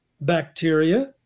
bacteria